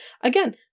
Again